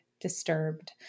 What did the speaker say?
disturbed